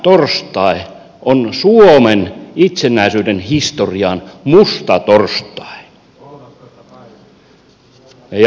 tämä torstai on suomen itsenäisyyden historian musta torstai